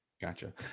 Gotcha